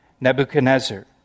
Nebuchadnezzar